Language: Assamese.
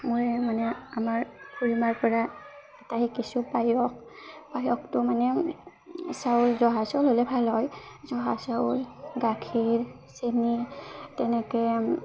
মই মানে আমাৰ খুৰীমাৰ পৰা এটা শিকিছোঁ পায়স পায়সটো মানে চাউল জহা চাউল হ'লে ভাল হয় জহা চাউল গাখীৰ চেনি তেনেকৈ